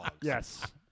Yes